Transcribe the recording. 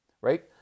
right